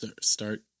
Start